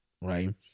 right